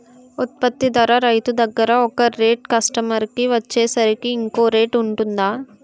ఉత్పత్తి ధర రైతు దగ్గర ఒక రేట్ కస్టమర్ కి వచ్చేసరికి ఇంకో రేట్ వుంటుందా?